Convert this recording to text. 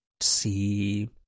see